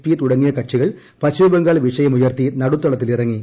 P തുടങ്ങിയ കക്ഷികൾ പശ്ചിമ ബംഗാൾ വിഷയം ഉയർത്തി നടുത്തള ത്തിലിറങ്ങി